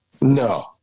No